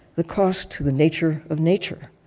the cost to the nature of nature,